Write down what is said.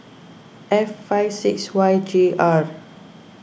F five six Y J R